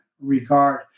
regard